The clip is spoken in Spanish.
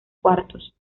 cuartos